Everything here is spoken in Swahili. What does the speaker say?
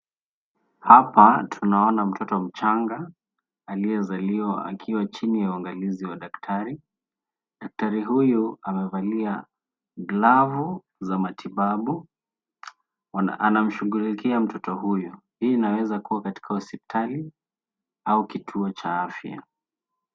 Hapa tunaona mtoto mchanga, aliyezaliwa akiwa chini ya uangalizi wa daktari. Daktari huyu amevalia glavu za matibabu, anamshughulikia mtoto huyu. Hii inaweza kuwa katika hospitali au kituo cha afya.